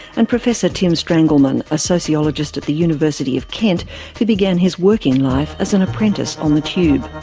and professor tim strangleman, a sociologist at the university of kent who began his working life as an apprentice on the tube.